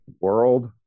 world-